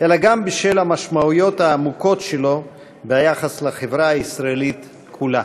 אלא גם בשל המשמעויות העמוקות שלו ביחס לחברה הישראלית כולה.